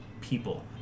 people